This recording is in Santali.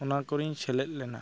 ᱚᱱᱟ ᱠᱚᱨᱮᱧ ᱥᱮᱞᱮᱫ ᱞᱮᱱᱟ